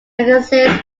agassiz